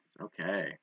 Okay